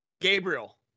Gabriel